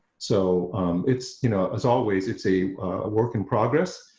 so it's you know, as always, it's a work in progress